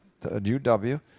UW